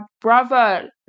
brother